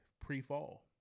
pre-fall